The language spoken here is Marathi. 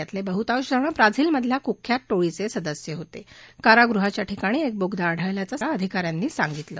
यातल डिहुतांशजण ब्राझिलमधल्या कुख्यात ळीच झिदस्य होत कारागृहाच्या ठिकाणी एक बोगदा आढळल्याचं अधिकाऱ्यांनी सांगितलं